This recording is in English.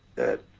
that,